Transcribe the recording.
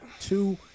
Two